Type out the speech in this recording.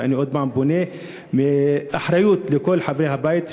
ואני עוד פעם פונה לאחריות כל חברי הבית,